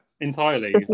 entirely